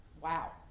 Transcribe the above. Wow